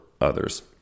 others